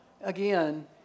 again